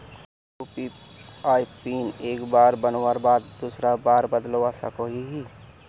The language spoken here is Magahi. यु.पी.आई पिन एक बार बनवार बाद दूसरा बार बदलवा सकोहो ही?